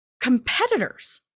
competitors